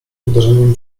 uderzeniem